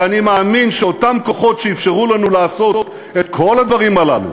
אבל אני מאמין שאותם כוחות שאפשרו לנו לעשות את כל הדברים הללו,